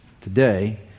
today